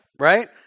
right